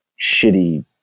shitty